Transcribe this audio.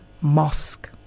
Mosque